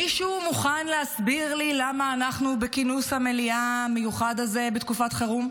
מישהו מוכן להסביר לי למה אנחנו בכינוס המליאה המיוחד הזה בתקופת חירום?